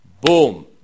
Boom